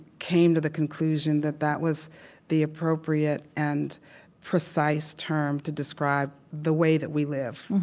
came to the conclusion that that was the appropriate and precise term to describe the way that we live,